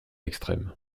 extrême